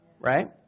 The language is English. right